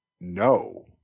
no